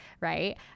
right